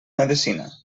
medecina